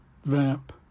vamp